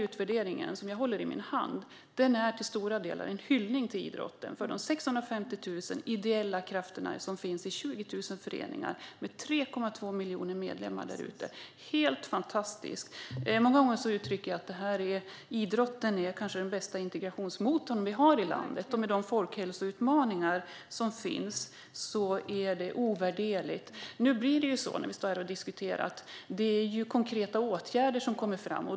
Utvärderingen, som jag håller här i min hand, är till stora delar en hyllning till idrotten och de 650 000 ideella krafter som finns i 20 000 föreningar med 3,2 miljoner medlemmar. Det är helt fantastiskt. Många gånger uttrycker jag att idrotten kanske är den bästa integrationsmotor vi har i landet. Med de folkhälsoutmaningar som finns är den ovärderlig. Nu är det konkreta åtgärder som kommer fram.